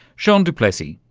jean du plessis,